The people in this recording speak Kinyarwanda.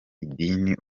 idini